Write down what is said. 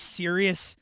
serious